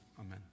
Amen